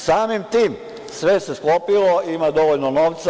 Samim tim, sve se sklopilo, ima dovoljno novca.